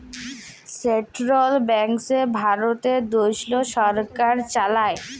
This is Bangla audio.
সেলট্রাল ব্যাংকস ভারত দ্যাশেল্লে সরকার চালায়